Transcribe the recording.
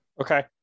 Okay